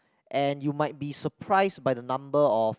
and you might be surprised by the number of